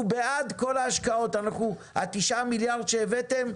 אנחנו בעד כל ההשקעות, תשעה המיליארד שהבאתם,